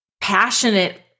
passionate